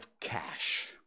cash